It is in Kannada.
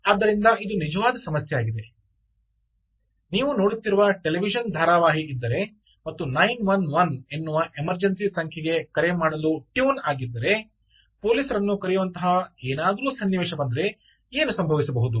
ಆದ್ದರಿಂದ ಇದು ನಿಜವಾದ ಸಮಸ್ಯೆಯಾಗಿದೆ ನೀವು ನೋಡುತ್ತಿರುವ ಟೆಲಿವಿಷನ್ ಧಾರಾವಾಹಿ ಇದ್ದರೆ ಮತ್ತು 911 ಎನ್ನುವ ಎಮರ್ಜೆನ್ಸಿ ಸಂಖ್ಯೆಗೆ ಕರೆ ಮಾಡಲು ಟ್ಯೂನ್ ಆಗಿದ್ದರೆ ಪೊಲೀಸರನ್ನು ಕರೆಯುವಂತಹ ಏನಾದರೂ ಸನ್ನಿವೇಶ ಬಂದರೆ ಏನು ಸಂಭವಿಸಬಹುದು